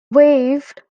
waived